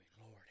Lord